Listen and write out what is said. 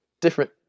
different